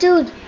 Dude